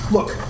Look